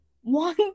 one